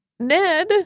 Ned